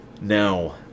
now